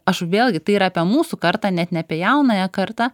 aš vėlgi tai yra apie mūsų kartą net ne apie jaunąją kartą